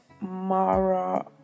Mara